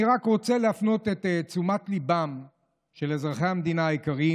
אני רק רוצה להפנות את תשומת ליבם של אזרחי המדינה היקרים